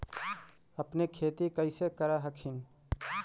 अपने खेती कैसे कर हखिन?